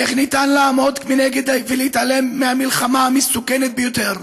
איך ניתן לעמוד מנגד ולהתעלם מהמלחמה המסוכנת ביותר?